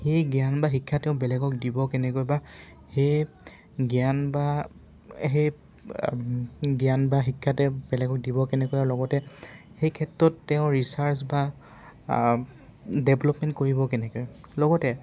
সেই জ্ঞান বা শিক্ষা তেওঁ বেলেগক দিব কেনেকৈ বা সেই জ্ঞান বা সেই জ্ঞান বা শিক্ষা তেওঁ বেলেগক দিব কেনেকৈ আৰু লগতে সেই ক্ষেত্ৰত তেওঁ ৰিচাৰ্ছ বা ডেভলপমেণ্ট কৰিব কেনেকৈ লগতে